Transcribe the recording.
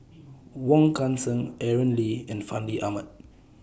Wong Kan Seng Aaron Lee and Fandi Ahmad